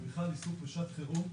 ובכלל עיסוק בשעת חירום,